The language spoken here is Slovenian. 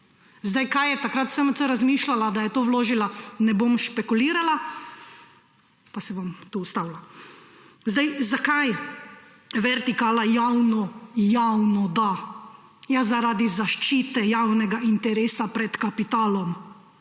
Kaj je takrat SMC razmišljala, da je to vložila, ne bom špekulirala pa se bom tu ustavila. Zakaj vertikala javno–javno da? Zaradi zaščite javnega interesa pred kapitalom,